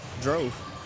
Drove